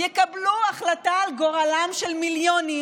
יקבלו החלטה על גורלם של מיליונים